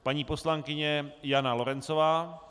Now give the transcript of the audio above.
Paní poslankyně Jana Lorencová.